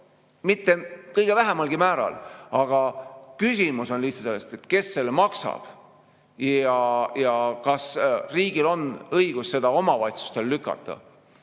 mitte kõige vähemalgi määral, aga küsimus on lihtsalt selles, kes maksab ja kas riigil on õigus seda omavalitsustele lükata,